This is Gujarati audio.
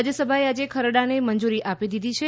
રાજ્યસભાએ આજે ખરડાને મંજૂરી આપી દીધી છે